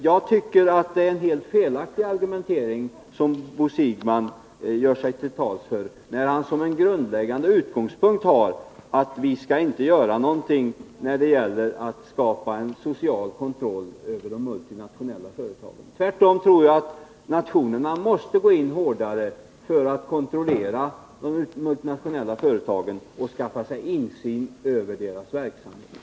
Jag tycker det är en helt felaktig argumentering som Bo Siegbahn gör sig till tolk för när han anger som en grundläggande utgångspunkt att vi inte skall göra någonting för att skapa en social kontroll över de multinationella företagen. Jag tror tvärtom att nationerna måste gå in för att hårdare kontrollera de multinationella företagen och skaffa sig insyn i deras verksamhet.